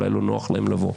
אולי לא נוח להם לבוא.